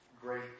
great